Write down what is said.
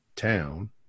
town